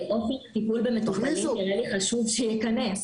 זה הכי חשוב שייכנס.